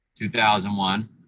2001